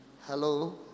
Hello